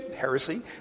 heresy